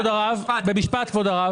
להסביר במשפט.